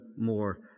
more